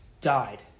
died